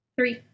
Three